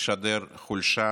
משדר חולשה